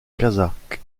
kazakh